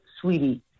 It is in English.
Sweetie